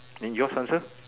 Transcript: and yours answer